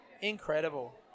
Incredible